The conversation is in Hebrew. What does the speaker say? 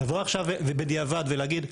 לבוא עכשיו ובדיעבד ולהגיד,